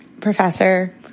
professor